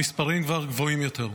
המספרים כבר גבוהים יותר.